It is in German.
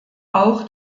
auch